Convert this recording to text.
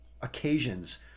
occasions